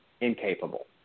incapable